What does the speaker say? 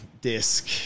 DISC